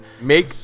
Make